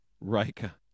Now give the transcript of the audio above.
Rika